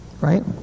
Right